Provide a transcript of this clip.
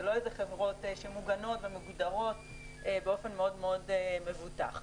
זה לא איזה חברות מוגנות ומוגדרות באופן מאוד מאוד מבוטח.